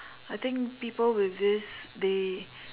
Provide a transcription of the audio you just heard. I think people with this they